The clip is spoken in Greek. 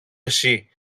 εσύ